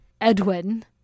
edwin